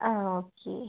ആ ഓക്കെ